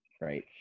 right